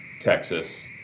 Texas